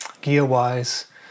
gear-wise